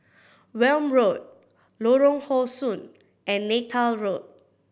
Welm Road Lorong How Sun and Neythal Road